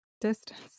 Distance